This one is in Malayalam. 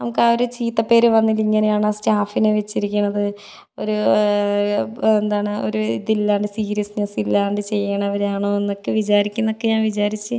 നമുക്ക് ആ ഒരു ചീത്തപ്പേര് വന്നതിങ്ങനെയാണ് സ്റ്റാഫിനെ വെച്ചിരിക്കണത് ഒരു എന്താണ് ഒരിതില്ലാണ്ട് സീരിയസ്നെസ്സ് ഇല്ലാണ്ട് ചെയ്യണവരാണോ എന്നൊക്കെ വിചാരിക്കുമെന്നൊക്കെ ഞാൻ വിചാരിച്ച്